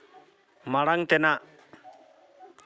ᱢᱟᱲᱟᱝ ᱛᱮᱱᱟᱜ